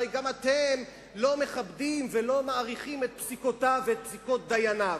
הרי גם אתם לא מכבדים ולא מעריכים את פסיקותיו ואת פסיקות דייניו.